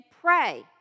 pray